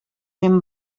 ben